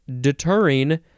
deterring